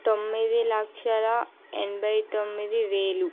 తొమ్మిది లక్షల ఎనభై తొమ్మిది వేలు